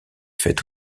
fête